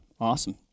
Awesome